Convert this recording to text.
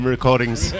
Recordings